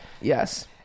yes